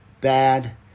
bad